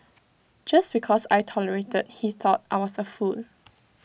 just because I tolerated he thought I was A fool